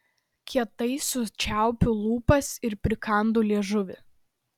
kietai sučiaupiu lūpas ir prikandu liežuvį